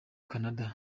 canada